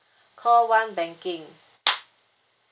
call one banking